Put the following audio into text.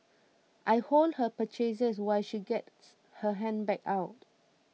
I hold her purchases while she gets her handbag out